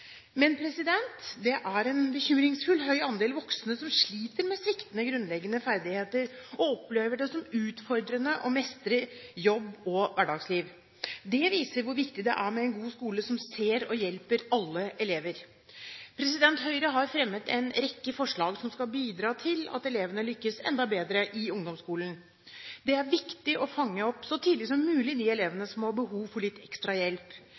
Men det er en bekymringsfullt høy andel voksne som sliter med sviktende grunnleggende ferdigheter og opplever det som utfordrende å mestre jobb og hverdagsliv. Det viser hvor viktig det er med en god skole som ser og hjelper alle elever. Høyre har fremmet en rekke forslag som skal bidra til at elevene lykkes enda bedre i ungdomsskolen. Det er viktig å fange opp så tidlig som mulig de elevene som har behov for litt ekstra hjelp.